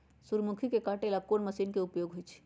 सूर्यमुखी के काटे ला कोंन मशीन के उपयोग होई छइ?